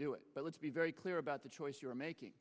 do it but let's be very clear about the choice you're making